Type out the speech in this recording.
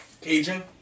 Cajun